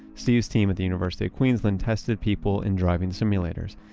steve's team at the university of queensland tested people in driving simulators.